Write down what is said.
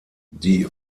die